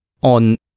on